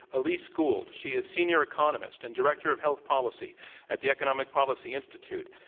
elise gould. she is senior economist and director of health policy at the economic policy institute,